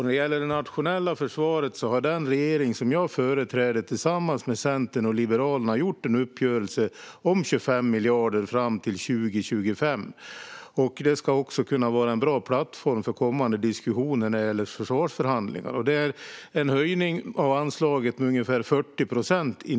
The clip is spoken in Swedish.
När det gäller det nationella försvaret har den regering som jag företräder gjort en uppgörelse tillsammans med Centern och Liberalerna om 25 miljarder fram till 2025. Det ska också kunna vara en bra plattform för kommande diskussioner i försvarsförhandlingar. Det är en höjning av anslaget på ungefär 40-procentsnivå.